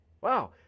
wow